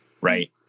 right